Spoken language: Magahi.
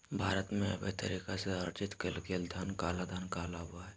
भारत में, अवैध तरीका से अर्जित कइल गेलय धन काला धन कहलाबो हइ